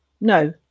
no